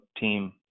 team